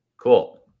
Cool